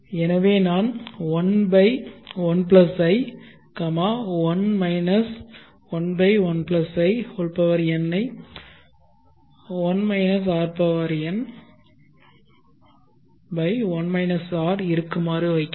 எனவே நான் 11i 1 11in ஐ 1 rn1 r இருக்குமாறு வைக்கிறேன்